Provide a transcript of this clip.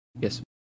Yes